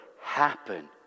happen